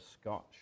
Scotch